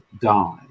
die